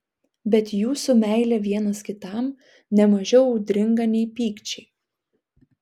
bet jūsų meilė vienas kitam ne mažiau audringa nei pykčiai